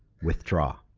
withdraw.